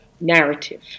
narrative